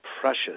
precious